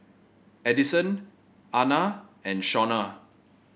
Edison Ana and Shonna